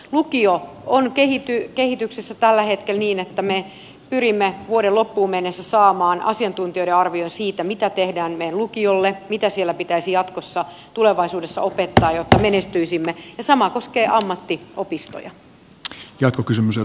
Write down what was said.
lukio on kehityksessä tällä hetkellä niin että me pyrimme vuoden loppuun mennessä saamaan asiantuntijoiden arvion siitä mitä tehdään meidän lukiolle mitä siellä pitäisi jatkossa tulevaisuudessa opettaa jotta menestyisimme ja sama koskee ammattiopistoja